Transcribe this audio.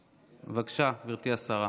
בבקשה, גברתי השרה.